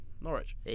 Norwich